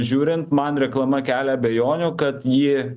žiūrint man reklama kelia abejonių kad ji